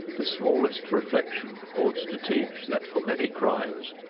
the smallest reflection ought to teach that for many crimes,